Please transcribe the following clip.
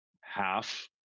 half